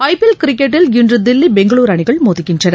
ஐ P L cricket ல் இன்று தில்லி பெங்களூரு அணிகள் மோதுகின்றன